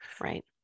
Right